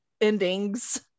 endings